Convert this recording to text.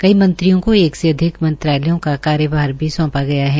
कई मंत्रियों को एक से अधिक मंत्रालयों का कार्यभार भी सौंपा गया है